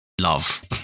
love